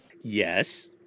Yes